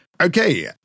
Okay